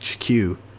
HQ